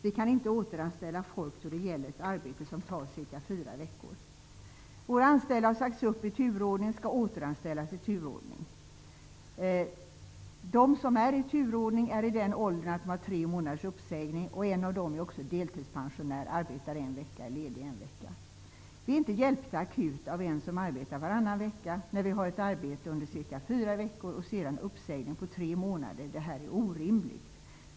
Vi kan inte återanställa folk då det gäller ett arbete som tar ca 4 veckor. Våra anställda har sagts upp i turordning och skall återanställas i turordning. De som är i turordning är i den åldern att de har tre månaders uppsägning. En av dem är också deltidspensionär, arbetar en vecka och är ledig en vecka. Vi är inte hjälpta akut av en som arbetar varannan vecka när vi har ett arbete under ca 4 veckor och sedan uppsägning på tre månader, det här är orimligt.